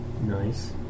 Nice